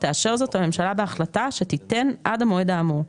תאשר זאת הממשלה בהחלטה שתיתן עד המועד האמור,